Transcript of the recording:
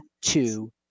two